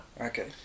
Okay